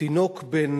תינוק בן